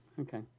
okay